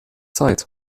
zeit